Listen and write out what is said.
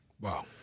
wow